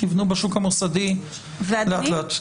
בשוק המוסדי תבנו לאט-לאט.